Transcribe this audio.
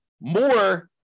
more